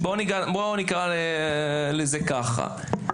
נקרא לזה כך,